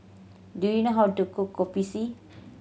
do you know how to cook Kopi C